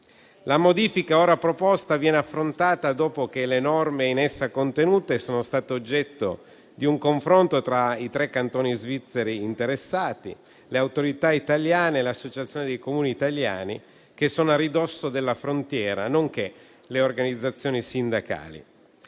La modifica ora proposta viene affrontata dopo che le norme in essa contenute sono stato oggetto di un confronto tra i tre Cantoni svizzeri interessati, le autorità italiane e l'Associazione dei Comuni italiani che sono a ridosso della frontiera, nonché le organizzazioni sindacali.